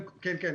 כן, כן.